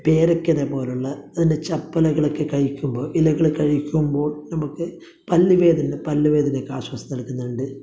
പേരക്കയെ പോലുള്ള അതിന്റെ ചപ്പിലകളൊക്കെ കഴിക്കുമ്പോൾ ഇലകൾ കഴിക്കുമ്പോൾ നമുക്ക് പല്ലുവേദന പല്ലുവേദനക്ക് ആശ്വാസം നല്കുന്നുണ്ട്